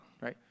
right